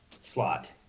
slot